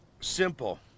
Simple